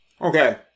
Okay